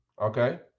Okay